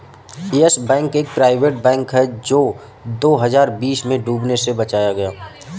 yes Bank एक private bank है जो दो हज़ार बीस में डूबने से बचाया गया